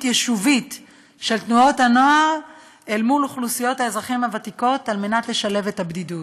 יישובית של תנועות הנוער עם אזרחים ותיקים כדי להפיג את הבדידות.